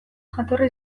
jatorri